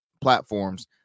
platforms